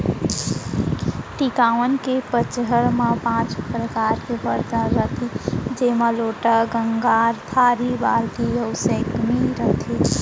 टिकावन के पंचहड़ म पॉंच परकार के बरतन रथे जेमा लोटा, गंगार, थारी, बाल्टी अउ सैकमी रथे